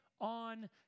on